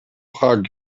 hug